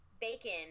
bacon